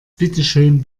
bitteschön